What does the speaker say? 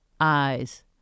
eyes